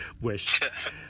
wish